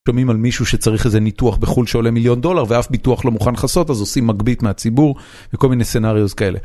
שומעים על מישהו שצריך איזה ניתוח בחו"ל שעולה מיליון דולר ואף ביטוח לא מוכן לחסות אז עושים מגבית מהציבור וכל מיני סנאריוס כאלה.